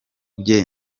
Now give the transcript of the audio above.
bye